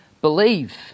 believe